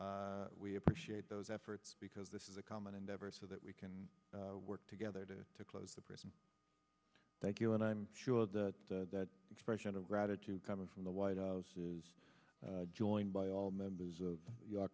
we appreciate those efforts because this is a common endeavor so that we can work together to to close the prison thank you and i'm sure that that expression of gratitude coming from the white house is joined by all members of your